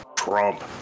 Trump